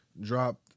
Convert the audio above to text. dropped